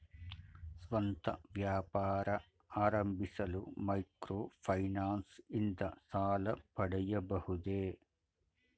ಸ್ವಂತ ವ್ಯಾಪಾರ ಆರಂಭಿಸಲು ಮೈಕ್ರೋ ಫೈನಾನ್ಸ್ ಇಂದ ಸಾಲ ಪಡೆಯಬಹುದೇ?